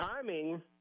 timing